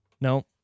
No